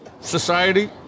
society